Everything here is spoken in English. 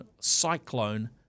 Cyclone